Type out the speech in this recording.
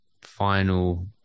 final